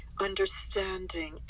understanding